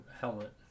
helmet